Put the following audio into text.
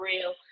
real